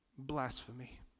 blasphemy